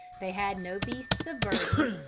they had no beasts of burden,